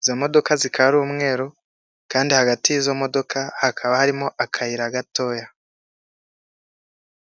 izo modoka zikaba ari umweru, kandi hagati y'izo modoka, hakaba harimo akayira gatoya.